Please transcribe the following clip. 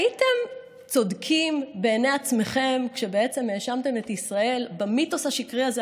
הייתם צודקים בעיני עצמכם כשבעצם האשמתם את ישראל במיתוס השקרי הזה,